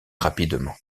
rapidement